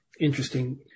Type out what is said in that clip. interesting